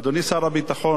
אדוני שר הביטחון,